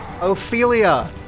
Ophelia